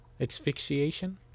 Asphyxiation